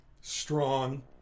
strong